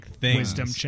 wisdom